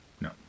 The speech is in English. No